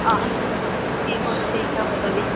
अहं दीपशीखा वदामि